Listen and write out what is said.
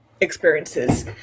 experiences